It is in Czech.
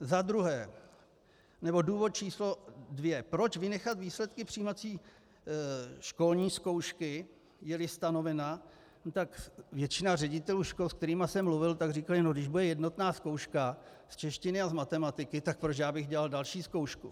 Za druhé, nebo důvod číslo dvě proč vynechat výsledky přijímací školní zkoušky, jeli stanovena, tak většina ředitelů škol, se kterými jsem mluvil, říkala: Když bude jednotná zkouška z češtiny a z matematiky, tak proč já bych dělal další zkoušku?